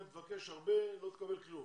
אם תבקש הרבה לא תקבל כלום.